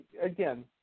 again